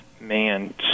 man